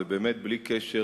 ובאמת בלי קשר